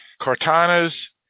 cortana's